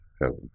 heaven